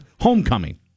Homecoming